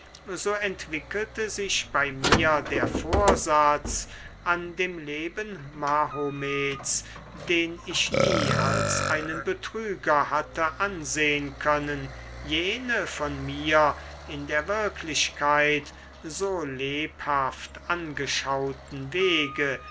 so entwickelte sich bei mir der vorsatz an dem leben mahomets den ich nie als einen betrüger hatte ansehn können jene von mir in der wirklichkeit so lebhaft angeschauten wege